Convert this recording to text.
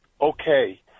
okay